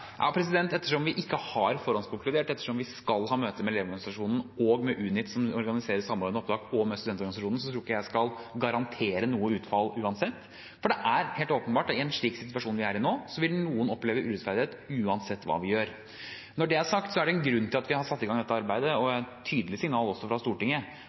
Ettersom vi ikke har forhåndskonkludert, ettersom vi skal ha møte med Elevorganisasjonen og med Unit, som organiserer Samordna opptak, og med Norsk studentorganisasjon, tror jeg uansett ikke at jeg skal garantere noe utfall, for det er helt åpenbart at i en slik situasjon vi er i nå, vil noen oppleve urettferdighet uansett hva vi gjør. Når det er sagt, så er det en grunn til at vi har satt i gang dette arbeidet, og det er et tydelig signal også fra Stortinget